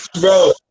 bro